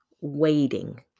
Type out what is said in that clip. Waiting